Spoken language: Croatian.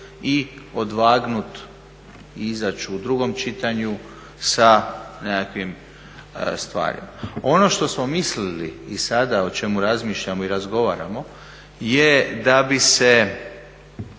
i odvagnuti izaći u drugom čitanju sa nekakvim stvarima. Ono što smo mislili i sada o čemu razmišljamo i razgovaramo je da bi se